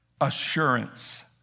assurance